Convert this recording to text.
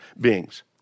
beings